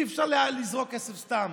אי-אפשר לזרוק כסף סתם.